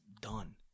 done